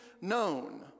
known